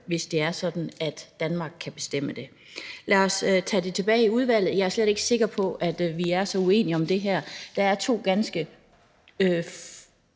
hvis det er sådan, at Danmark kan bestemme det. Lad os tage det tilbage i udvalget. Jeg er slet ikke sikker på, at vi er så uenige om det her. Der er to ord